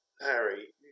Harry